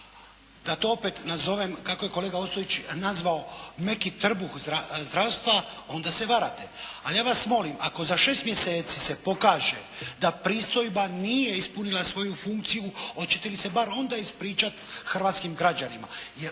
da to opet nazovem, kako je kolega Ostojić nazvao "meki trbuh" zdravstva, onda se varate. Ali ja vas molim, ako za šest mjeseci se pokaže da pristojba nije ispunila svoju funkciju, hoćete li se bar onda ispričati hrvatskim građanima?